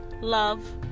Love